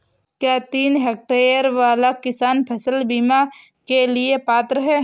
क्या तीन हेक्टेयर वाला किसान फसल बीमा के लिए पात्र हैं?